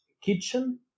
kitchen